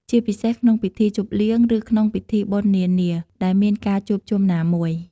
ជាពិសេសក្នុងពិធីជប់លៀង ឬក្នុងពិធីបុណ្យនានាដែលមានការជួបជុំណាមួយ។